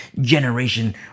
generation